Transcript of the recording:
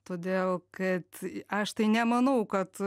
todėl kad aš tai nemanau kad